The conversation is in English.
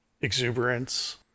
exuberance